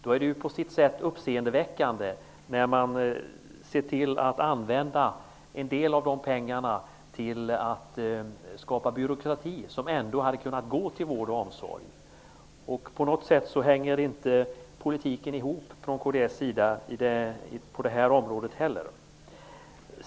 Det är på sitt sätt uppseendeväckande när en del av pengarna används till att skapa byråkrati i stället för att gå till vård och omsorg. På något sätt hänger inte kds politik ihop på det området heller.